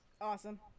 Awesome